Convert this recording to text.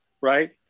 right